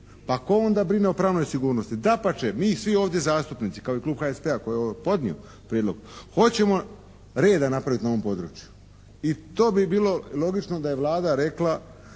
Pa tko onda brine o pravnoj sigurnosti? Dapače, mi svi ovdje zastupnici kao i klub HSP-a koji je podnio prijedlog. Hoćemo reda napraviti na ovom području i to bi bilo logično da je Vlada rekla